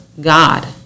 God